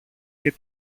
και